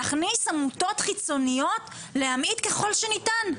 הכנסת עמותות חיצוניות להמעיט ככל שניתן.